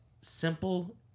simple